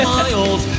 miles